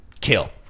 kill